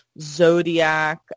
Zodiac